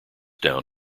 down